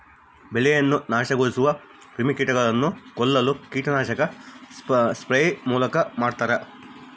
ಬೆಳೆಯನ್ನು ನಾಶಗೊಳಿಸುವ ಕ್ರಿಮಿಕೀಟಗಳನ್ನು ಕೊಲ್ಲಲು ಕೀಟನಾಶಕ ಸ್ಪ್ರೇ ಮೂಲಕ ಮಾಡ್ತಾರ